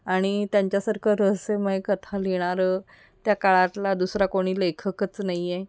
आणि त्यांच्यासारखं रहस्यमय कथा लिहिणारं त्या काळातला दुसरा कोणी लेखकच नाही आहे